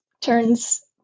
turns